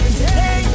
today